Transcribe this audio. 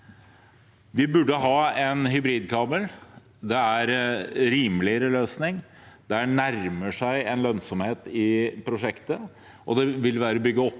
Vi burde ha en hybridkabel. Det er en rimeligere løsning, det nærmer seg en lønnsomhet i prosjektet, og det vil være å bygge opp